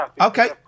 okay